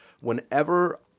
whenever